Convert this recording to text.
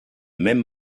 même